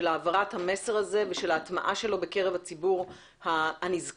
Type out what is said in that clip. העברת המסר הזה ושל ההטמעה שלו בקרב הציבור הנזקק.